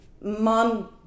mom